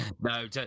no